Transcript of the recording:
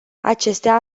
acestea